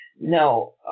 No